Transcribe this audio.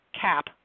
cap